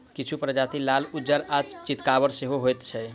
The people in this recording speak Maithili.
किछु प्रजाति लाल, उज्जर आ चितकाबर सेहो होइत छैक